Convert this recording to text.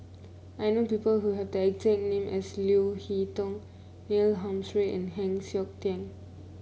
I know people who have the exact name as Leo Hee Tong Neil Humphreys and Heng Siok Tian